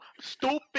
stupid